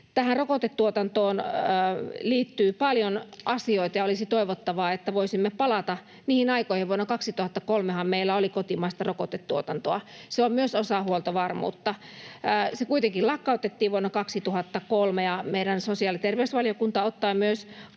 Tähän rokotetuotantoon liittyy paljon asioita ja olisi toivottavaa, että voisimme palata niihin aikoihin. Vuonna 2003:han meillä oli kotimaista rokotetuotantoa. Se on myös osa huoltovarmuutta. Se kuitenkin lakkautettiin vuonna 2003, ja meidän sosiaali- ja terveysvaliokuntamme ottaa